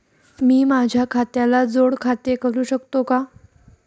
मी माझ्या खात्याला जोड खाते करू शकतो का?